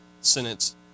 sentence